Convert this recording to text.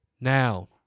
Now